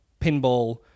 pinball